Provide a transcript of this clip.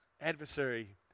Adversary